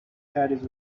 caddies